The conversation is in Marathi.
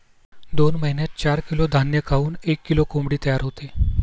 दोन महिन्यात चार किलो धान्य खाऊन एक किलो कोंबडी तयार होते